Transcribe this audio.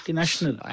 national